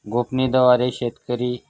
गोफणी द्वारे शेतकरी